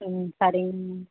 ம் சரிங்க மேம்